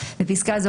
בפסקה וו,